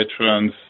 veterans